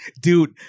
Dude